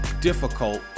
difficult